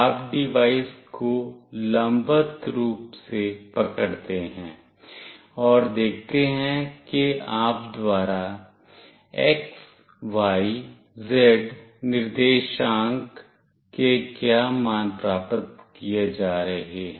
आप डिवाइस को लंबवत रूप से पकड़ते हैं और देखते हैं कि आप द्वारा x y z निर्देशांक के क्या मान प्राप्त किए जा रहे हैं